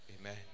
Amen